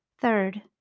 Third